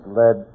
led